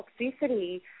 toxicity